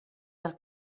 del